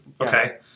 Okay